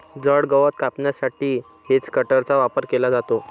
जड गवत कापण्यासाठी हेजकटरचा वापर केला जातो